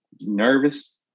nervous